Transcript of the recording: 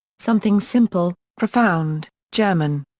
something simple, profound, german.